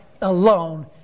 alone